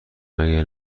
مگه